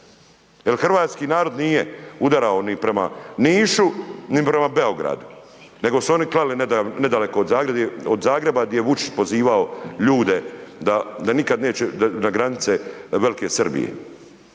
jel hrvatski narod nije udarao ni prema Nišu, ni prema Beogradu, nego su oni klali nedaleko od Zagreba di je Vučić pozivao ljude da nikad neće, da granice velike Srbije,